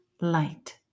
light